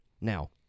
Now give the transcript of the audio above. Now